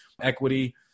Equity